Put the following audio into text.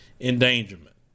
endangerment